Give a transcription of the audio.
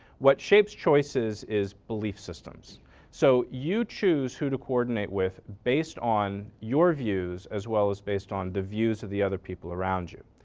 what shapes choices is belief systems so you choose who to coordinate with based on your views as well as based on the views of the other people around you.